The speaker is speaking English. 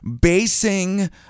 basing